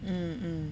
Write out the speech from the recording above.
mm mm